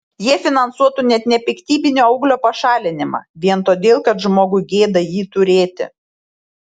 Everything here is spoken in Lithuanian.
jie finansuotų net nepiktybinio auglio pašalinimą vien todėl kad žmogui gėda jį turėti